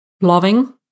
loving